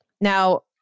Now